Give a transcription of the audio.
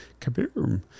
kaboom